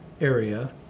area